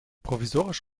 provisorisch